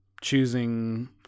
choosing